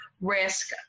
risk